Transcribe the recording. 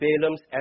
Balaam's